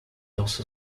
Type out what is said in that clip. also